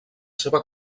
seva